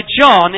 John